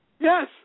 Yes